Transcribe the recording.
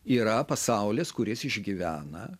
yra pasaulis kuris išgyvena